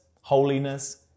holiness